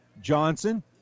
Johnson